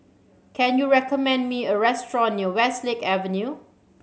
can you recommend me a restaurant near Westlake Avenue